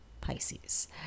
Pisces